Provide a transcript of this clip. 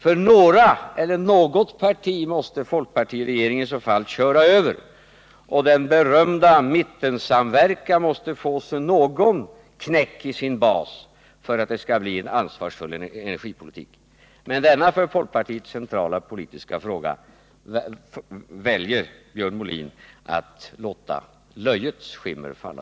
För några eller något parti måste folkpartiregeringen i så fall köra över, och den berömda mittensamverkan måste få någon knäck i sin bas för att det skall bli en ansvarsfull energipolitik. Men över denna för folkpartiet centrala fråga väljer Björn Molin att låta löjets skimmer falla.